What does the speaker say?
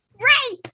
Right